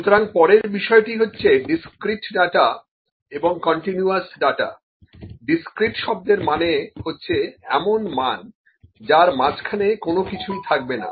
সুতরাং পরের বিষয়টি হচ্ছে ডিসক্রিট ডাটা এবং কন্টিনিউয়াস ডাটা ডিসক্রিট শব্দের মানে হচ্ছে এমন মান যার মাঝখানে কোনো কিছুই থাকবে না